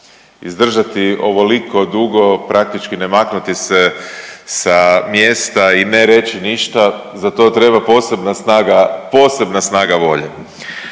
Izdržati ovoliko dugo praktički ne maknuti se sa mjesta i ne reći ništa za to treba posebna snaga volje.